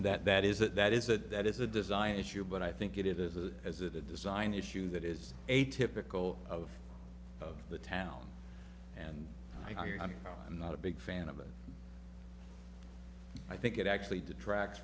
that that is that that is that that is a design issue but i think it is a as a design issue that is atypical of of the town and i'm not a big fan of it i think it actually detract